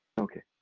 Okay